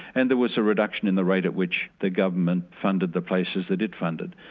and there was a reduction in the rate at which the government funded the places that it funded.